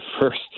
first